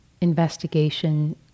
investigation